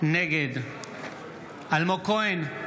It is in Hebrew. נגד אלמוג כהן,